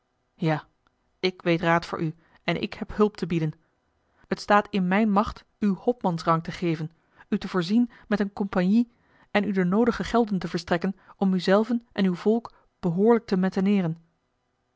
ja ik weet raad voor u en ik heb hulp te bieden het staat in mijne macht u hopmans rang te geven u te voorzien met eene compagnie en u de noodige gelden te verstrekken om u zelven en uw volk behoorlijk te